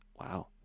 wow